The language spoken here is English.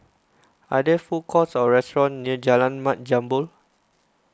are there food courts or restaurants near Jalan Mat Jambol